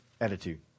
attitude